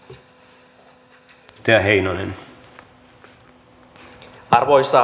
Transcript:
arvoisa puhemies